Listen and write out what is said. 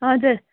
हजुर